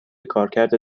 کارکرد